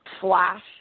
flash